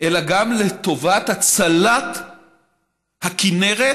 אלא גם לטובת הצלת הכינרת